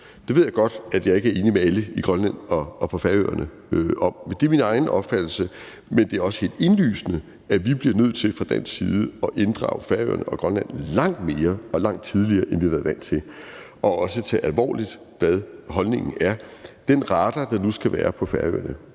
Det ved jeg godt at jeg ikke er enig med alle i Grønland og på Færøerne i, men det er min egen opfattelse. Men det er også helt indlysende, at vi bliver nødt til fra dansk side at inddrage Færøerne og Grønland langt mere og langt tidligere, end vi har været vant til, og også tage alvorligt, hvad holdningen er. Med hensyn til den radar, der nu skal være på Færøerne,